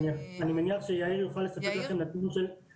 אני מניח שיאיר יוכל לספק לכם נתון